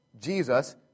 Jesus